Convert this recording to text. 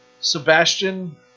Sebastian